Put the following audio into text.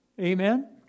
Amen